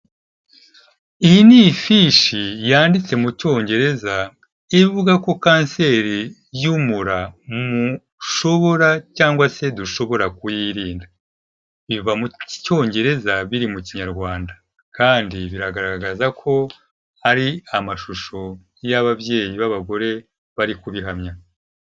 Iyi ni ifishi yanditse mu Cyongereza ivuga ko kanseri y'umura mushobora cyangwa se dushobora kuyirinda, biva mu Cyongereza biri mu Kinyarwanda kandi biragaragaza ko hari amashusho y'ababyeyi b'abagore bari kubihamya.